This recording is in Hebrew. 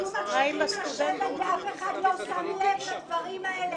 אנחנו ממשיכים לשבת ואף אחד לא שם לב לדברים האלה.